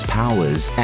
powers